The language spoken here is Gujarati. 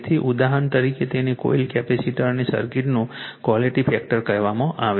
તેથી ઉદાહરણ તરીકે તેને કોઇલ કેપેસિટર્સ અને સર્કિટનું ક્વૉલિટી ફેક્ટર કહેવામાં આવે છે